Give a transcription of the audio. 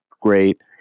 Great